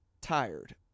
tired